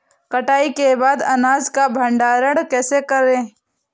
कटाई के बाद अनाज का भंडारण कैसे करें?